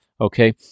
Okay